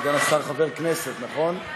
סגן השר חבר הכנסת, נכון?